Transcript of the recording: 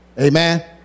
Amen